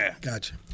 Gotcha